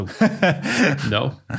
no